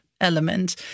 element